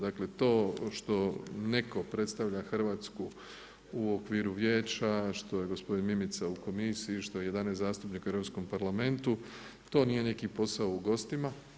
Dakle, to što netko predstavlja Hrvatsku u okviru vijeća što je gospodin Mimica u Komisiji, što je 11 zastupnika u Europskom parlamentu to nije neki posao u gostima.